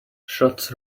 shots